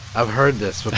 i've heard this